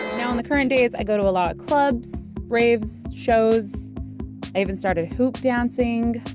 so and the current days, i go to a lot of clubs, raves, shows, i even started hoop-dancing.